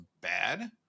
bad